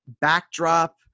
backdrop